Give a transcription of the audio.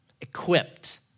equipped